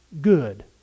good